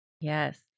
Yes